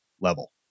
level